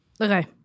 Okay